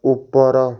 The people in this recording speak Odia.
ଉପର